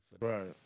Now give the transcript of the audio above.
Right